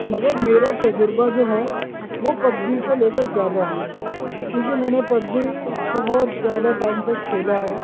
مگر میرا تجربہ جو ہے وہ پب جی کو لے کر زیادہ ہے کیونکہ میں نے پب زی بہت زیادہ ٹائم تک کھیلا ہے